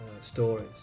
stories